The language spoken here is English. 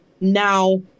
now